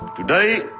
today,